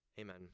amen